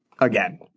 again